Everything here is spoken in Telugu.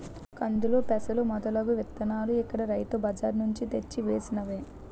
కందులు, పెసలు మొదలగు ఇత్తనాలు ఇక్కడ రైతు బజార్ నుంచి తెచ్చి వేసినవే